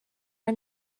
are